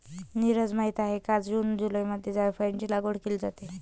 नीरज माहित आहे का जून जुलैमध्ये जायफळाची लागवड केली जाते